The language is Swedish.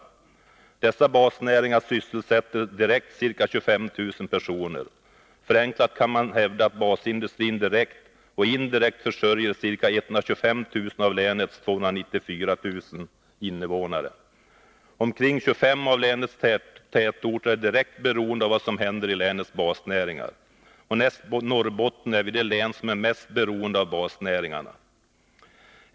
Dessa basnäringar sysselsätter direkt ca 25 000 personer. Förenklat kan man hävda att basindustrin direkt och indirekt försörjer ca 125 000 av länets 294 000 invånare. Omkring 25 av länets tätorter är direkt beroende av vad som händer i länets basnäringar. Näst Norrbotten är vi det län som är mest beroende av basnäringarna.